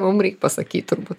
mum reik pasakyt turbūt